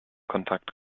kontakt